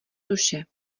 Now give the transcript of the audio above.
duše